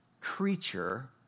creature